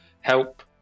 help